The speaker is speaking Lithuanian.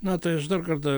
na tai aš dar kartą